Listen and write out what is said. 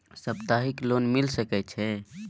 सप्ताहिक लोन मिल सके छै?